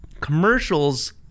commercials